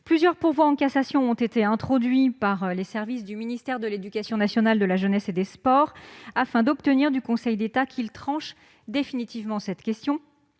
Plusieurs pourvois en cassation ont été introduits par les services du ministère de l'éducation nationale, de la jeunesse et des sports, afin d'obtenir du Conseil d'État qu'il tranche définitivement cette question.